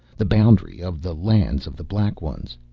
the boundary of the lands of the black ones.